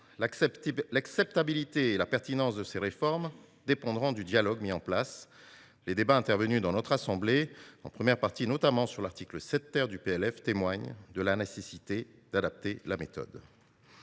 L’acceptabilité et la pertinence de ces réformes dépendront du dialogue qui sera mis en place. Les débats intervenus dans notre assemblée en première partie, notamment sur l’article 7 , témoignent de la nécessité d’adapter la méthode.